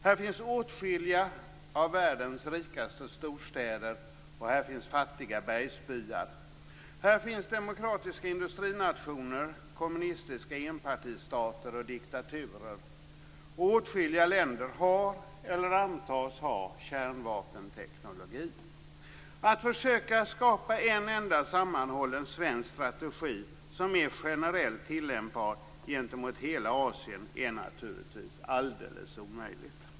Här finns åtskilliga av världens rikaste storstäder, och här finns fattiga bergsbyar. Här finns demokratiska industrinationer, kommunistiska enpartistater och diktaturer. Åtskilliga länder har eller antas ha kärnvapenteknologi. Att försöka skapa en enda sammanhållen svensk strategi som är generellt tillämpbar gentemot hela Asien är naturligtvis alldeles omöjligt.